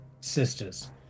sisters